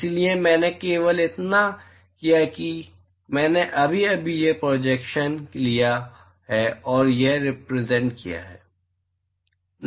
इसलिए मैंने केवल इतना किया है कि मैंने अभी अभी यह प्रोजेक्शन लिया है और यहाँ रिपरेसेंट किया है